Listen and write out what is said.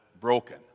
broken